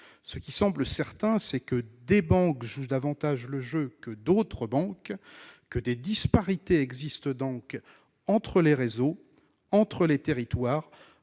Ce qui semble certain, c'est que des banques jouent davantage le jeu que d'autres, que des disparités existent entre les réseaux et les territoires,